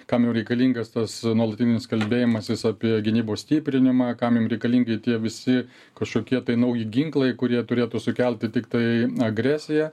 kam jau reikalingas tas nuolatinis kalbėjimasis apie gynybos stiprinimą kam jum reikalingi tie visi kažkokie tai nauji ginklai kurie turėtų sukelti tiktai agresiją